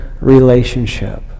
relationship